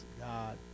god